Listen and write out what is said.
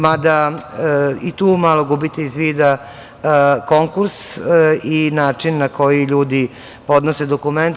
Mada, i tu malo gubite iz vida konkurs i način na koji ljudi podnose dokumenta.